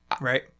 right